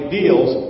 deals